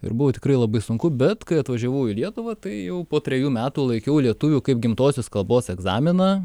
ir buvo tikrai labai sunku bet kai atvažiavau į lietuvą tai jau po trejų metų laikiau lietuvių kaip gimtosios kalbos egzaminą